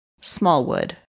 Smallwood